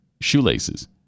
shoelaces